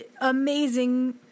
amazing